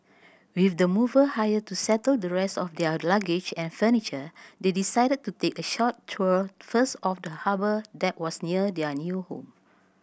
with the mover hired to settle the rest of their luggage and furniture they decided to take a short tour first of the harbour that was near their new home